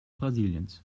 brasiliens